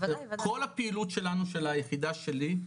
כל הפעילות של היחידה שלי,